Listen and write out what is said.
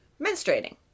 menstruating